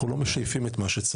אנחנו לא משייפים את מה שצריך.